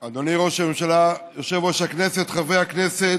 אדוני ראש הממשלה, יושב-ראש הכנסת, חברי הכנסת,